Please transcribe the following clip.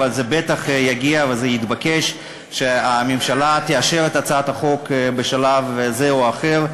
זה בטח יגיע וזה יתבקש שהממשלה תאשר את הצעת החוק בשלב זה או אחר.